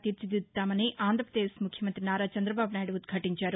తీర్చిదిద్దుతామని ఆంధ్రప్రదేశ్ ముఖ్యమంతి నారా చంద్రదబాబునాయుడు ఉద్హాటించారు